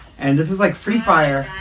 and this is like free fire